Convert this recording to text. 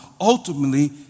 ultimately